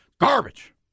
Garbage